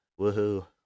Woohoo